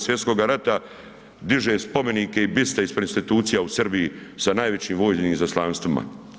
Svj. rata diže spomenike i biste ispred institucija u Srbiji sa najvećim vojnim izaslanstvima.